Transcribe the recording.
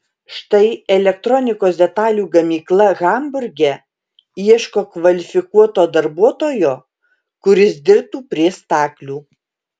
štai elektronikos detalių gamykla hamburge ieško kvalifikuoto darbuotojo kuris dirbtų prie staklių